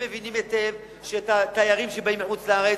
הם מבינים היטב שאת התיירים שבאים מחוץ-לארץ,